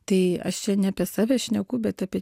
tai aš čia ne apie save šneku bet apie